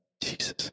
Jesus